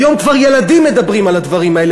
היום כבר ילדים מדברים על הדברים האלה,